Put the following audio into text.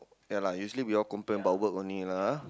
ya lah usually we all complain about work only lah ah